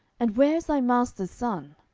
and where is thy master's son?